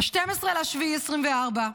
12 ביולי 2024,